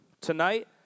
tonight